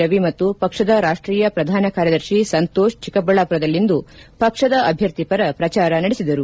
ರವಿ ಮತ್ತು ಪಕ್ಷದ ರಾಷ್ಟೀಯ ಪ್ರಧಾನ ಕಾರ್ಯದರ್ಶಿ ಸಂತೋಷ್ ಚಿಕ್ಕಬಳ್ಳಾಪುರದಲ್ಲಿಂದು ಪಕ್ಷದ ಅಭ್ಯರ್ಥಿ ಪರ ಪ್ರಜಾರ ನಡೆಸಿದರು